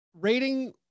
rating